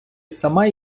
сама